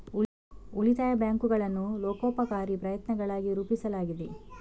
ಉಳಿತಾಯ ಬ್ಯಾಂಕುಗಳನ್ನು ಲೋಕೋಪಕಾರಿ ಪ್ರಯತ್ನಗಳಾಗಿ ರೂಪಿಸಲಾಗಿದೆ